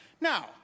Now